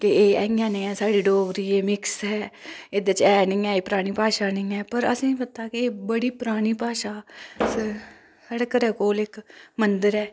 कि एह् इयां नी ऐसा डोगरी एह् मिक्स ऐ एहदे च ऐ नी ऐ एह् परानी भाषा नी ऐ पर असेंगी पता के बड़ी परानी भाषा साढ़े घरा कोल इक मंदर ऐ